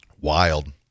wild